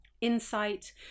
insight